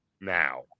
now